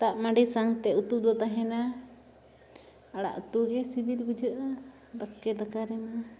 ᱫᱟᱜᱢᱟᱺᱰᱤ ᱥᱟᱝᱛᱮ ᱩᱛᱩᱫᱚ ᱛᱟᱦᱮᱱᱟ ᱟᱲᱟᱜ ᱩᱛᱩᱜᱮ ᱥᱤᱵᱤᱞ ᱵᱩᱡᱷᱟᱹᱜᱼᱟ ᱵᱟᱥᱠᱮ ᱫᱟᱠᱟᱨᱮᱢᱟ